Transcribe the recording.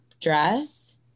dress